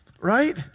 right